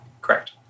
Correct